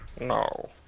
No